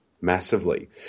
massively